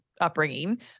upbringing